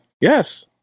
yes